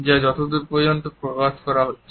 যা যতদূর পর্যন্ত প্রকাশ করা হচ্ছে